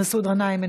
מסעוד גנאים,